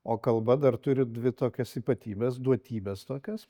o kalba dar turi dvi tokias ypatybes duotybes tokias